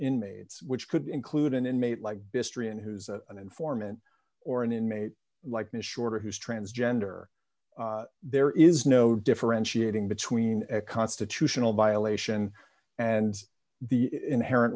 inmates which could include an inmate like mystery in who's a informant or an inmate likeness shorter who's transgender there is no differentiating between a constitutional violation and the inherent